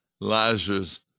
Lazarus